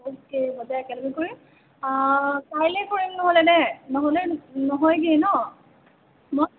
okay বজাৰ একেলগে কৰিম কাইলে কৰিম নহ'লে দে নহ'লে নহয়গেই ন মই